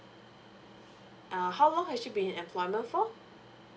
uh how long have she been employment for